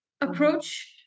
approach